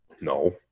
No